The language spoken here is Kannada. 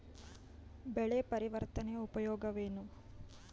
ಬೆಳೆ ಪರಿವರ್ತನೆಯ ಉಪಯೋಗವೇನು?